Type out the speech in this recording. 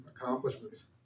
accomplishments